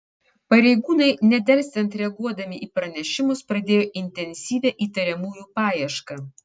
pareigūnai nedelsiant reaguodami į pranešimus pradėjo intensyvią įtariamųjų paiešką